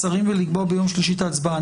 השרים ולקבוע ביום שלישי את ההצבעה.